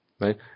right